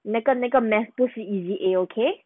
那个那个 math 不是 easy A okay